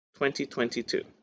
2022